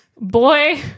boy